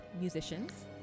musicians